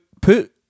put